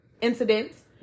incidents